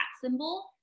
symbol